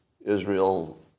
Israel